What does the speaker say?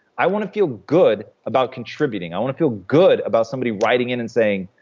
i want to feel good about contributing. i want to feel good about somebody writing in and saying,